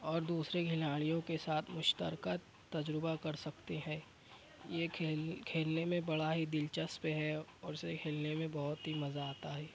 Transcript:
اور دوسرے کھلاڑیوں کے ساتھ مشترکہ تجربہ کر سکتے ہیں یہ کھیل کھیلنے میں بڑا ہی دلچسپ ہے اور اسے کھیلنے میں بہت ہی مزہ آتا ہے